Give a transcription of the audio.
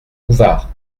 bouvard